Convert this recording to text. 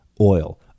oil